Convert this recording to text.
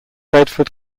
bedford